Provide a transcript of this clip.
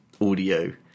audio